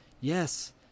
yes